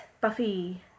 Buffy